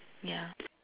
yeah